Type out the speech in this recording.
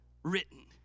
Written